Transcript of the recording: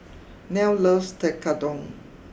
Nell loves Tekkadon